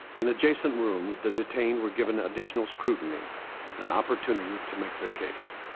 in adjacent rooms the detained were given additional scrutiny an opportunity to make their case